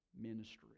ministry